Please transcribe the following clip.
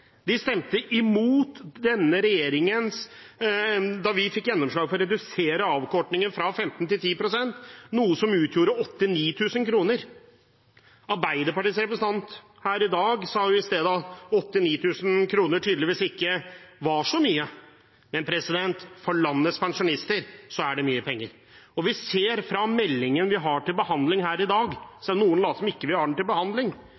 De stemte imot da vi fikk gjennomslag for å redusere avkortingen fra 15 pst. til 10 pst., noe som utgjorde 8 000–9 000 kr. Arbeiderpartiets representant sa i sted at 8 000–9 000 kr tydeligvis ikke var så mye, men for landets pensjonister er det mye penger. I meldingen som vi har til behandling i dag – selv om noen later som om vi ikke har den til behandling